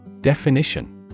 Definition